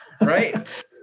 right